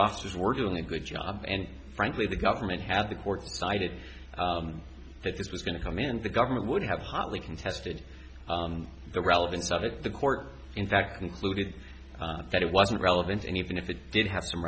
officers were doing a good job and frankly the government had the courts decided that this was going to come in and the government would have hotly contested the relevance of it the court in fact concluded that it wasn't relevant and even if it did have some